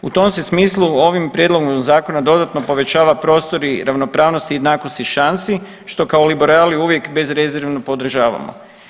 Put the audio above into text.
U tom se smislu ovim prijedlogom zakona dodatno povećava prostori ravnopravnosti i nakosi šansi što kao liberali uvijek bezrezervno podržavamo.